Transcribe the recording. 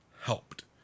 helped